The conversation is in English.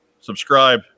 subscribe